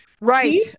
Right